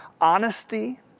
Honesty